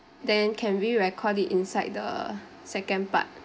then can we record it inside the second part